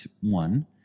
one